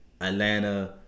atlanta